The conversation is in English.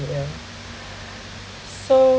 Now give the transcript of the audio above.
yeah so